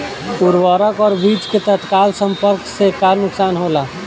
उर्वरक और बीज के तत्काल संपर्क से का नुकसान होला?